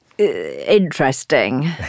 Interesting